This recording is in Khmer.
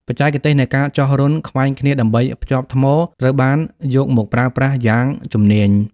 បច្ចេកទេសនៃការចោះរន្ធខ្វែងគ្នាដើម្បីភ្ជាប់ថ្មត្រូវបានយកមកប្រើប្រាស់យ៉ាងជំនាញ។